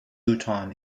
luton